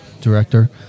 Director